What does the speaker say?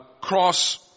cross